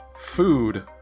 food